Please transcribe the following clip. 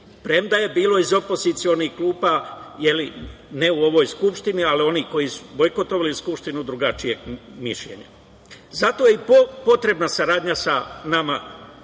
Premda je bilo iz opozicionih klupa, ne u ovoj Skupštini, ali oni koji su bojkotovali Skupštinu drugačije mišljenje imaju. Zato je potrebna saradnja sa nama dragom